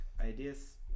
ideas